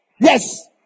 Yes